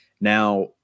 now